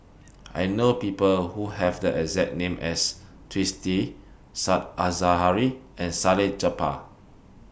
I know People Who Have The exact name as Twisstii Said Zahari and Salleh Japar